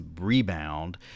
rebound